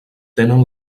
tenen